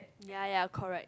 ya ya correct